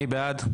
מי בעד?